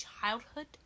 childhood